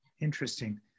Interesting